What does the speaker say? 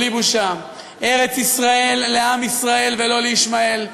בלי בושה: ארץ-ישראל לעם ישראל ולא לישמעאל,